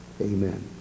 amen